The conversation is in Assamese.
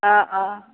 অ' অ'